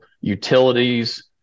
utilities